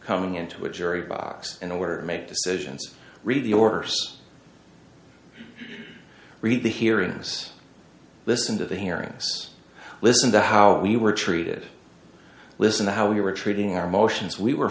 coming into a jury box and aware make decisions read the orders read the hearing has listened to the hearings listen to how we were treated listen the how we were treating our motions we were